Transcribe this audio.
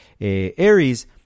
Aries—